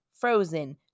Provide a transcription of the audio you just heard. frozen